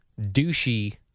douchey